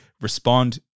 respond